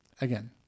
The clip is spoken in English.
again